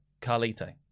Carlito